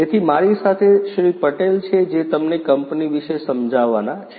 તેથી મારી સાથે શ્રી પટેલ છે જે તમને કંપની વિશે સમજાવવાના છે